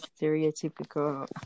stereotypical